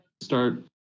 start